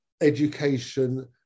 education